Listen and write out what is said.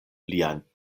lian